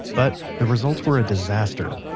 but the results were a disaster.